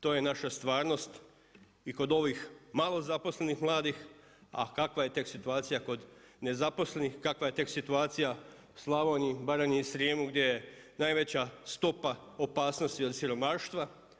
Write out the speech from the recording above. To je naša stvarnost i kod ovih malo zaposlenih mladih, a kakva je tek situacija kod nezaposlenih, kakva je tek situacija u Slavoniji, Baranji i Srijemu gdje je najveća stopa opasnosti od siromaštva.